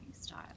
style